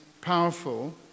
powerful